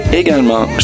également